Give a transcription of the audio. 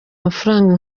amafaranga